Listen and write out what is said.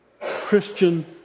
Christian